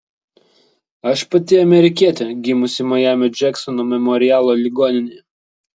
aš pati amerikietė gimusi majamio džeksono memorialo ligoninėje